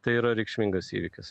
tai yra reikšmingas įvykis